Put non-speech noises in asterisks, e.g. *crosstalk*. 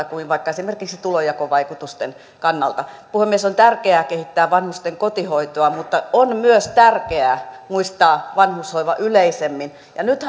*unintelligible* kuin vaikka esimerkiksi tulonjakovaikutusten kannalta puhemies on tärkeää kehittää vanhusten kotihoitoa mutta on myös tärkeää muistaa vanhushoiva yleisemmin nyt *unintelligible*